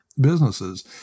businesses